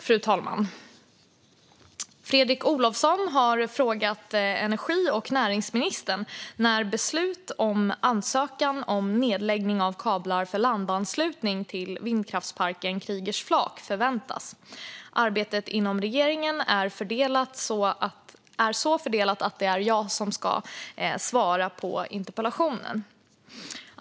Fru talman! har frågat energi och näringsministern när beslut om ansökan om nedläggning av kablar för landanslutning till vindkraftsparken Kriegers flak förväntas. Arbetet inom regeringen är så fördelat att det är jag som ska svara på interpellationen.